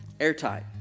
Airtight